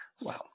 Wow